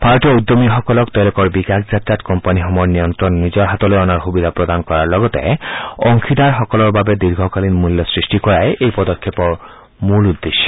ভাৰতীয় উদ্যমীসকলক বিকাশ যাত্ৰাত কোম্পানীসমূহৰ নিয়ন্ত্ৰণ নিজৰ হাতলৈ অনাৰ সুবিধা প্ৰদান কৰাৰ লগতে অংশীদাৰসকলৰ বাবে দীৰ্ঘকালীন মূল্য সৃষ্টি কৰাই এই পদক্ষেপৰ মূল উদ্দেশ্য